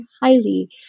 highly